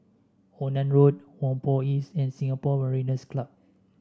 Onan Road Whampoa East and Singapore Mariners' Club